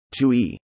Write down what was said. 2E